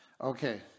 Okay